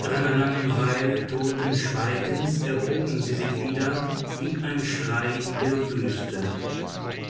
nach einer langen weile toten schweigens erhoben sie sich wieder wie ein schrei in der wüste